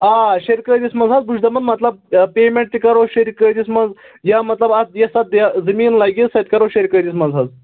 آ شیٚرکٲتِس منٛز حظ بہٕ چھُس دَپان مطلب پیمٮ۪نٛٹ تہِ کَرو شیٚرکٲتِس منٛز یا مطلب اَتھ یۄس اَتھ زمیٖن لَگہِ سۄ تہِ کَرو شیٚرکٲتِس منٛز حظ